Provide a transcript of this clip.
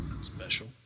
special